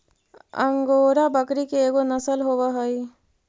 angora बकरी के एगो नसल होवऽ हई